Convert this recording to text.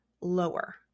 lower